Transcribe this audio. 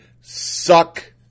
suck